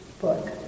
book